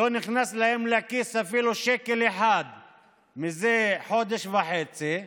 לא נכנס להם לכיס אפילו שקל אחד זה חודש וחצי,